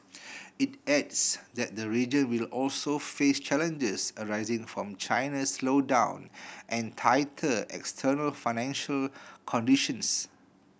it adds that the region will also face challenges arising from China's slowdown and tighter external financing conditions